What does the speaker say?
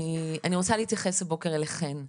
אני רוצה להתייחס הבוקר אליכן,